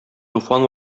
туфан